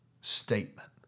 statement